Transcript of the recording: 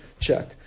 check